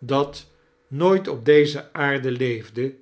dat nooit op deze aarde leefde